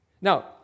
Now